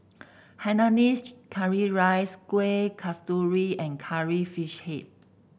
Hainanese Curry Rice Kuih Kasturi and Curry Fish Head